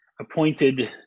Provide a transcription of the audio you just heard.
appointed